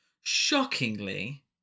Shockingly